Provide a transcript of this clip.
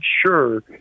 sure